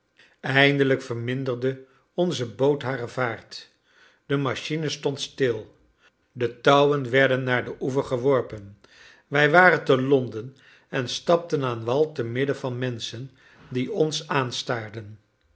eindelijk verminderde onze boot hare vaart de machine stond stil de touwen werden naar den oever geworpen wij waren te londen en stapten aan wal temidden van menschen die ons aanstaarden